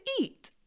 eat